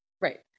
right